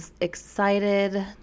excited